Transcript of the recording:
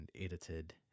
edited